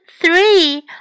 three